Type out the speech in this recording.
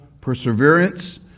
perseverance